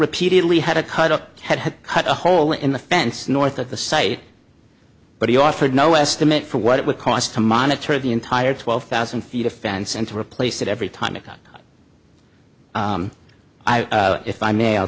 repeatedly had a cut up had cut a hole in the fence north of the site but he offered no estimate for what it would cost to monitor the entire twelve thousand feet a fence and to replace it every time it got i if i may i'll